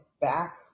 back